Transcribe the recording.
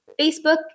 Facebook